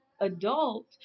adult